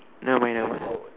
never mind never mind